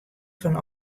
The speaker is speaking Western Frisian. fan